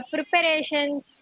Preparations